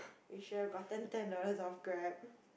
we should have gotten ten dollars off Grab